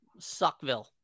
Suckville